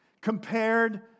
compared